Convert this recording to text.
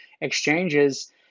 exchanges